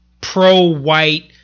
pro-white